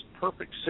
perfect